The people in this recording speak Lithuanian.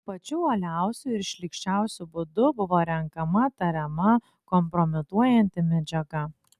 pačiu uoliausiu ir šlykščiausiu būdu buvo renkama tariama kompromituojanti medžiaga